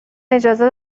اجازه